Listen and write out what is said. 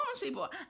people